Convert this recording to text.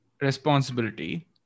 responsibility